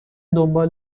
دنبال